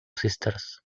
sisters